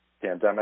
pandemic